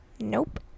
nope